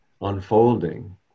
unfolding